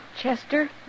Chester